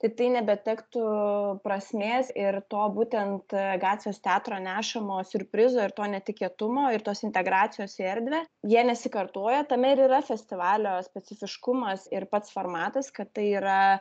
tai tai nebetektų prasmės ir to būtent gatvės teatro nešamo siurprizo ir to netikėtumo ir tos integracijos į erdvę jie nesikartoja tame ir yra festivalio specifiškumas ir pats formatas kad tai yra